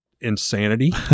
insanity